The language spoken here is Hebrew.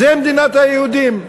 זו מדינת היהודים,